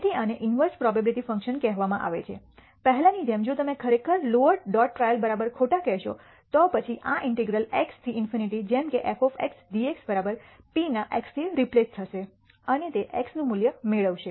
તેથી આને inverse probability function કહેવામાં આવે છે પહેલાની જેમ જો તમે ખરેખર લોઅર ડોટ ટ્રાયલ ખોટા કહેશો તો પછી આ ઇન્ટેગ્રલ x થી ∞ જેમ કે f dx p ના x થી રિપ્લેસ થશે અને તે x નું મૂલ્ય મેળવશે